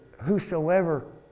Whosoever